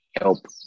help